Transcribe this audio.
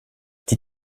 die